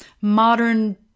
modern